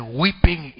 weeping